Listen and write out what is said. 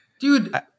dude